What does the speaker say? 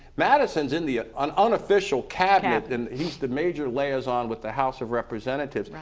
madison's in the ah um unofficial cabinet and he's the major liaison with the house of representatives,